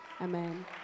Amen